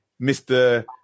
Mr